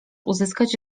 uzyskać